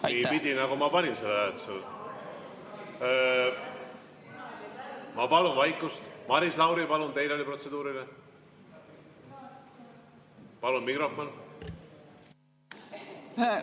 Ma palun vaikust! Maris Lauri, palun! Teil oli protseduuriline. Palun, mikrofon!